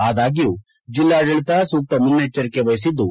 ಆದಾಗ್ನೂ ಜಿಲ್ಲಾಡಳಿತ ಸೂಕ್ತ ಮುನ್ನೆಚ್ಚರಿಕೆ ವಹಿಸಿದ್ದು